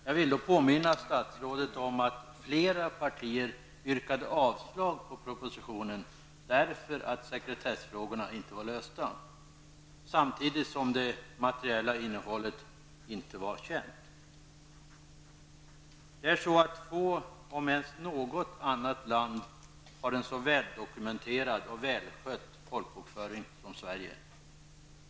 Jag vill påminna statsrådet om att flera partier yrkade avslag på propositionen därför att sekretessfrågorna inte var lösta samtidigt som det materiella innehållet inte var känt. Få länder, om ens något annat land, har en så väldokumenterad och välskött folkbokföring som Sverige.